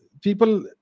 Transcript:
people